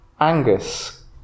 Angus